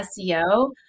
seo